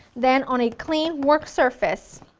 then on a clean work surface,